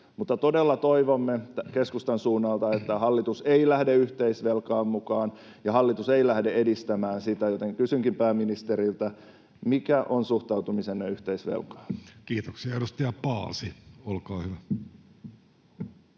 todella toivomme keskustan suunnalta, että hallitus ei lähde yhteisvelkaan mukaan ja hallitus ei lähde edistämään sitä, joten kysynkin pääministeriltä: mikä on suhtautumisenne yhteisvelkaan? Kiitoksia. — Edustaja Paasi, olkaa hyvä.